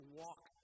walk